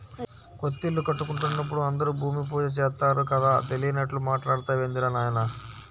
కొత్తిల్లు కట్టుకుంటున్నప్పుడు అందరూ భూమి పూజ చేత్తారు కదా, తెలియనట్లు మాట్టాడతావేందిరా నాయనా